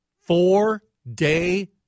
Four-day